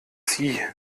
sie